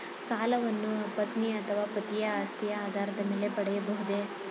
ಸಾಲವನ್ನು ಪತ್ನಿ ಅಥವಾ ಪತಿಯ ಆಸ್ತಿಯ ಆಧಾರದ ಮೇಲೆ ಪಡೆಯಬಹುದೇ?